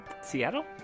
Seattle